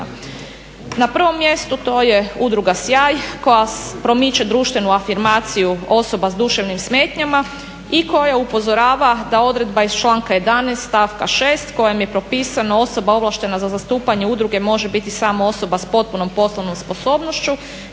Na prvom mjestu to je Udruga Sjaj koja promiče društvenu afirmaciju osoba sa duševnim smetnjama i koja upozorava da odredba iz članka 11., stavka 6. kojom je propisana osoba ovlaštena za zastupanje udruge može biti samo osoba sa potpunom poslovnom sposobnošću